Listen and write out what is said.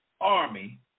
army